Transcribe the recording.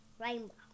Rainbow